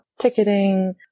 ticketing